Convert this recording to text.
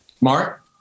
Mark